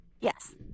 Yes